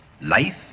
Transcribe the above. life